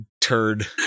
turd